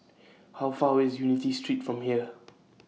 How Far away IS Unity Street from here